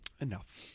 Enough